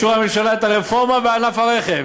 אישרה הממשלה את הרפורמה בענף הרכב.